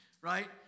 right